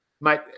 Mate